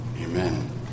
Amen